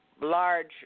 large